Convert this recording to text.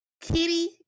Kitty